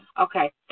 Okay